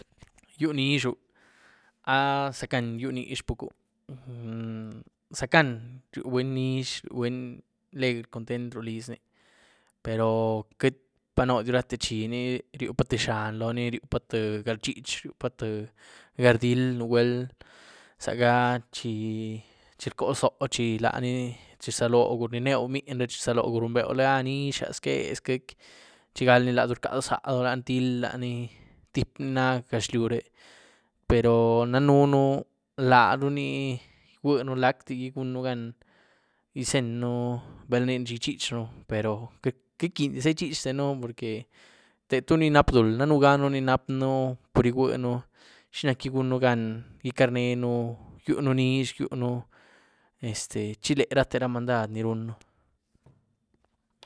Gyú nizhú, ¿a zac´gan gyú nizhú pucu? mmm- zac´gan ryiu buny nizh, ryiu buny legr, conten´t ru lizni pero queity pánóh rate zhí ni, ryiupá tïé zhan loón ni, ryiupá tïé nalchich, ryiupá tïé galridy nugwuel zaga chi-chi rcó zoóh, chi laní rzalougú rníeën mniny re, chi rzaloigú, nizhyaz zque, zqueic´, chigalni laëb rcádu zadu lany thiél lani, tyíp na gaxliure pero danënu laënu ni igwuenu gyiennugan izenyënu bel inín chi ichichën pero queity rquinydiza ichichën porque te tú ni nap´duul, danën ni ga nap´ën pur igwueën chi nac´gi gunnú gan icarneën, yunú nizh, yunu este, chilé´rate ra mandad ni runën.